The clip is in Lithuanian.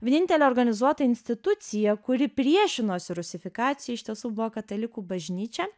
vienintelė organizuota institucija kuri priešinosi rusifikacijai iš tiesų buvo katalikų bažnyčia